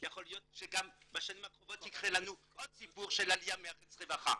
יכול להיות שגם בשנים הקרובות יהיה לנו עוד סיפור של עליה מארץ רווחה.